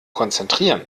konzentrieren